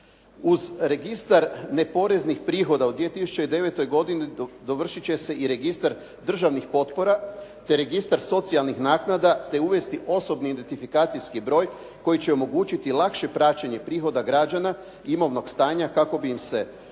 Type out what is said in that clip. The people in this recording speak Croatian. Uz registar neporeznih prihoda u 2009. godini dovršiti će se i registar državnih potpora te registar socijalnih naknada te uvesti osobni identifikacijski broj koji će omogućiti lakše praćenje prihoda građana imovnog stanja kako bi im se pomoći